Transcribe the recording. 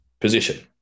position